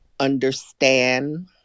understand